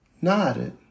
nodded